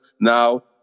Now